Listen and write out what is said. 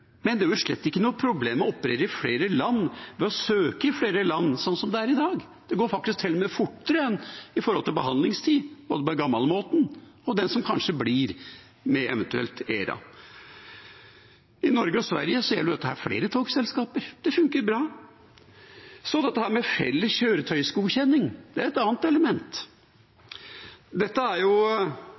Men det er slett ikke noe problem å operere i flere land ved å søke i flere land, sånn som det er i dag. Det går faktisk til og med fortere på gamlemåten i forhold til det som eventuelt kanskje blir behandlingstida med ERA. I Norge og Sverige gjelder dette flere togselskaper. Det funker bra. Så til felles kjøretøysgodkjenning – det er et annet element.